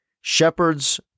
Shepherds